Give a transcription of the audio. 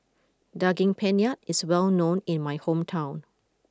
Daging Penyet is well known in my hometown